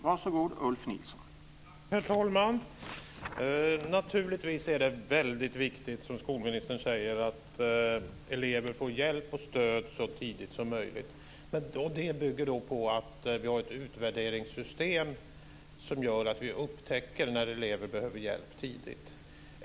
Herr talman! Naturligtvis är det väldigt viktigt, som skolministern säger, att elever får hjälp och stöd så tidigt som möjligt. Det bygger på att vi har ett utvärderingssystem som gör att vi upptäcker när elever behöver hjälp tidigt.